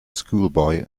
schoolboy